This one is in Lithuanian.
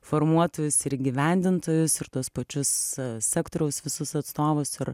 formuotojus ir įgyvendintojus ir tuos pačius sektoriaus visus atstovus ir